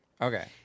Okay